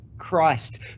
Christ